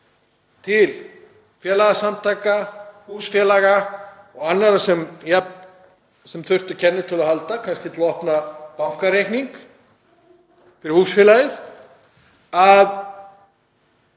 til félagasamtaka, húsfélaga og annarra sem þurfa á kennitölu að halda, kannski til að opna bankareikning fyrir húsfélagið, var